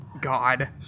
God